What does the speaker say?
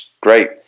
great